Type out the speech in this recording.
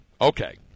Okay